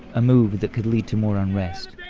a move that could lead to more unrest.